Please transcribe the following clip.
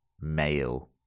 male